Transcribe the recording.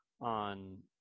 on